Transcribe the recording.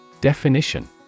Definition